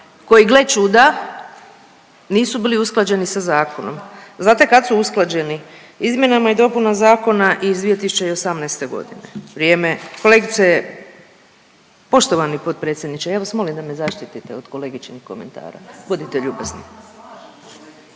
koji gle čuda, nisu bili usklađeni sa zakonom. Znate kad su usklađeni? Izmjenama i dopunama zakona iz 2018. g., vrijeme, kolegice, poštovani potpredsjedniče, ja vam molim da me zaštitite od kolegičinih komentara, budite ljubazni.